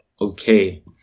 okay